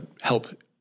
help